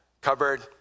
cupboard